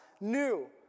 new